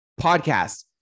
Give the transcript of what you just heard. podcast